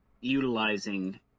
utilizing